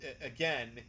again